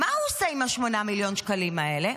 מה הוא עושה עם 8 מיליון השקלים האלה?